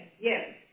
yes